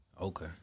Okay